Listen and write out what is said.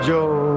Joe